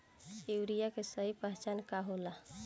Urea के सही पहचान का होला?